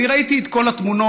אני ראיתי את כל התמונות,